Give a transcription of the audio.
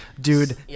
dude